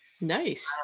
Nice